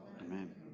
Amen